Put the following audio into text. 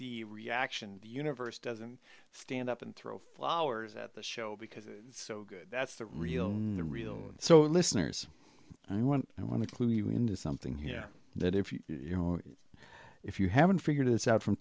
the reaction the universe doesn't stand up and throw flowers at the show because that's the real the real so listeners i want i want to clue you into something here that if you you know if you haven't figured it out from